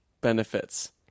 benefits